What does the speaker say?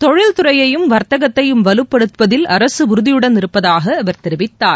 தொழில் துறையையும் வர்த்தகத்தையும் வலுப்படுத்துவதில் அரசு உறுதியுடன் இருப்பதாக அவர் தெரிவித்தார்